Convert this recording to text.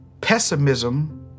pessimism